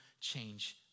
change